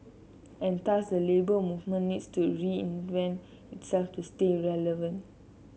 and thus the Labour Movement needs to reinvent itself to stay relevant